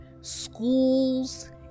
schools